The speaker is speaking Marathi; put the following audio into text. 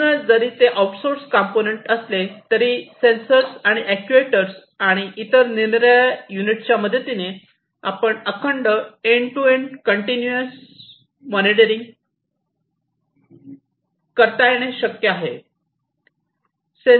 म्हणूनच जरी ते आउटसोर्स कंपोनेंट असले तरी सेन्सर आणि अॅक्ट्युएटर्स आणि इतर निरनिराळ्या निरनिराळ्या युनिट्सच्या मदतीने आपण अखंड end to end continuous monitoring होऊ करता येणे शक्य आहे